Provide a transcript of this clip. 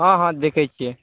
हॅं हॅं देखै छियै